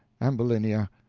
ambulinia.